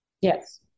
Yes